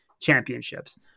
championships